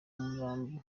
murambo